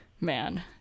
man